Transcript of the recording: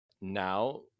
now